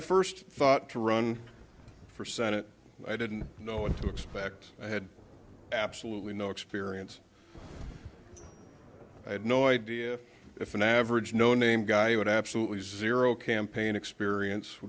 i first thought to run for senate i didn't know what to expect i had absolutely no experience i had no idea if an average no name guy with absolutely zero campaign experience